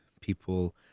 people